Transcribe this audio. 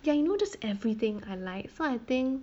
ya you know just everything I like so I think